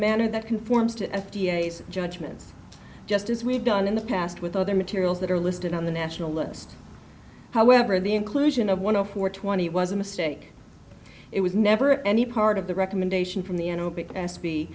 manner that conforms to f d a judgments just as we've done in the past with other materials that are listed on the national list however the inclusion of one zero for twenty was a mistake it was never any part of the recommendation from the